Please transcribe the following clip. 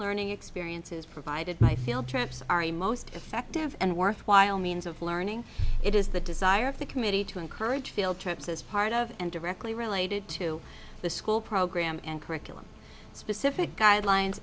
learning experience is provided my field trips are a most effective and worthwhile means of learning it is the desire of the committee to encourage field trips as part of and directly related to the school program and curriculum specific guidelines